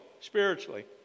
spiritually